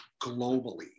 globally